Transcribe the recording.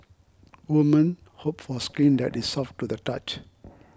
women hope for skin that is soft to the touch